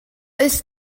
ist